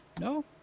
no